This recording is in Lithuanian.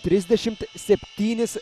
trisdešimt septynis